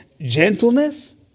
Gentleness